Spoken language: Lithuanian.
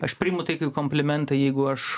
aš priimu tai kaip komplimentą jeigu aš